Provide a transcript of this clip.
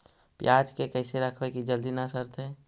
पयाज के कैसे रखबै कि जल्दी न सड़तै?